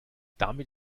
damit